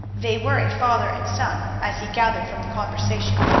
they were a father and son, as he gathered from the conversation.